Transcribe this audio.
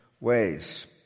ways